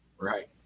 Right